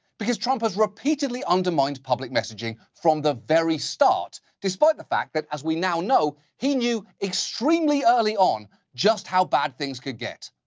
because trump has repeatedly undermined public messaging from the very start. despite the fact that, as we now know, he knew extremely early on just how bad things could get.